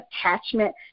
attachment